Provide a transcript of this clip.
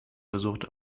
versucht